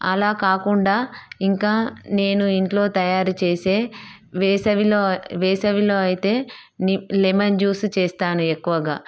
అలా కాకుండా ఇంకా నేను ఇంట్లో తయారు చేసే వేసవిలో వేసవిలో అయితే లెమన్ జ్యూస్ చేస్తాను ఎక్కువగా